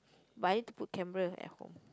but I need to put camera at home